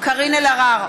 קארין אלהרר,